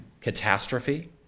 catastrophe